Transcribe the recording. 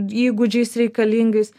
įgūdžiais reikalingais